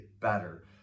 better